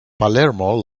palermo